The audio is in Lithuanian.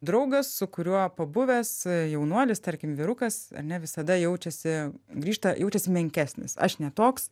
draugas su kuriuo pabuvęs jaunuolis tarkim vyrukas ar ne visada jaučiasi grįžta jaučiasi menkesnis aš ne toks